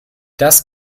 das